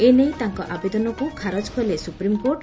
ଏନେଇ ତାଙ୍କ ଆବେଦନକୁ ଖାରଜ କଲେ ସ୍ପ୍ରପ୍ରମକୋର୍ଟ